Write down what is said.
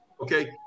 Okay